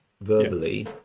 verbally